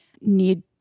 need